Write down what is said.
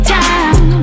time